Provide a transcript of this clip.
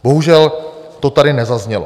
Bohužel, to tady nezaznělo.